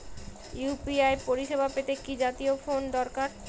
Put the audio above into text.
UPI পরিসেবা পেতে কি জাতীয় ফোন দরকার?